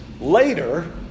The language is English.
later